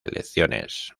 elecciones